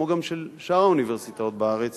כמו גם של שאר האוניברסיטאות בארץ,